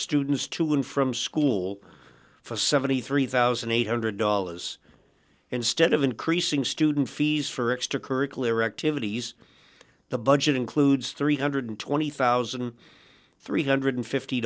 students to and from school for seventy three thousand eight hundred dollars instead of increasing student fees for extra curricular activities the budget includes three hundred and twenty thousand three hundred and fifty